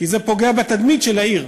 כי זה פוגע בתדמית של העיר,